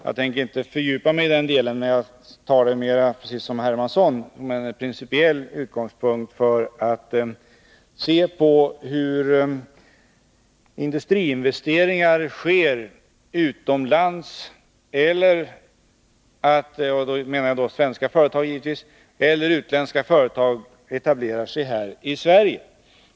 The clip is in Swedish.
Jag tänker inte fördjupa mig i den delen — jag tar den mera, precis som herr Hermansson, som en principiell utgångspunkt för att se på hur industriinvesteringar görs utomlands — och då avser jag svenska företag — eller hur utländska företag etablerar sig här i Sverige.